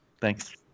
Thanks